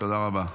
תודה רבה.